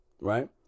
right